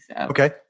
Okay